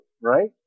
right